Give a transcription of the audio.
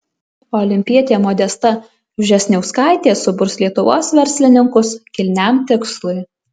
olimpietė modesta vžesniauskaitė suburs lietuvos verslininkus kilniam tikslui